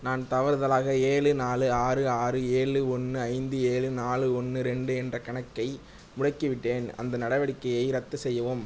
நான் தவறுதலாக ஏழு நாலு ஆறு ஆறு ஏழு ஒன்று ஐந்து ஏழு நாலு ஒன்று ரெண்டு என்ற கணக்கை முடக்கிவிட்டேன் அந்த நடவடிக்கையை ரத்து செய்யவும்